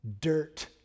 Dirt